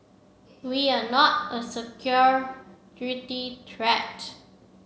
we are not a security threat